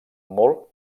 molt